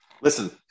Listen